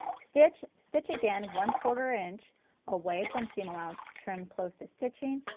stitch, stitch again one quarter inch away from seam allowance, trim close to stitching,